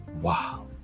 Wow